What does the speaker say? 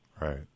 Right